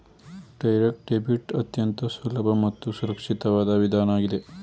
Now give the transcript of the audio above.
direct debit ಅತ್ಯಂತ ಸುಲಭ ಮತ್ತು ಸುರಕ್ಷಿತವಾದ ವಿಧಾನ ಆಗಿದೆ